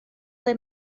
ble